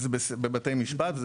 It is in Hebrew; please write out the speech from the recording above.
בבתי משפט.